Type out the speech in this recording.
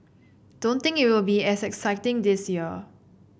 don't think it will be as exciting this year